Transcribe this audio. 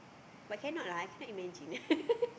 but cannot lah I cannot imagine